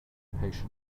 patient